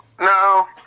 No